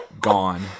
Gone